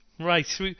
Right